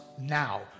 now